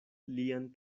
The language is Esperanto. lian